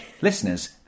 listeners